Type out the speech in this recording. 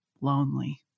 lonely